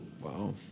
Wow